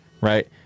right